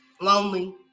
lonely